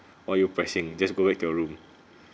why you're pressing just go back to your room